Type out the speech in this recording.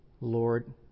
Lord